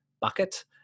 bucket